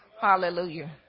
hallelujah